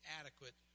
adequate